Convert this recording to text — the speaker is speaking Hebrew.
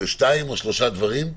שניים או שלושה דברים.